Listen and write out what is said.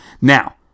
Now